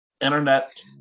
internet